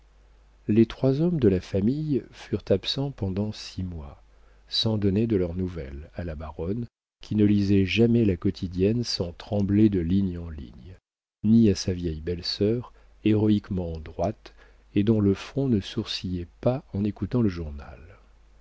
les trois hommes de la famille furent absents pendant six mois sans donner de leurs nouvelles à la baronne qui ne lisait jamais la quotidienne sans trembler de ligne en ligne ni à sa vieille belle-sœur héroïquement droite et dont le front ne sourcillait pas en écoutant le journal